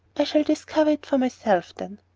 i shall discover it for myself, then.